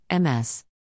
MS